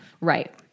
Right